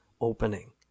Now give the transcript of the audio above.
opening